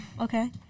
okay